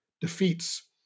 defeats